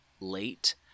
late